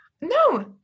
no